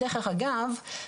דרך אגב,